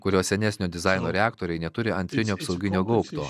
kurios senesnio dizaino reaktoriai neturi antrinio apsauginio gaubto